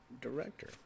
director